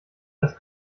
das